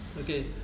Okay